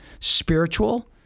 spiritual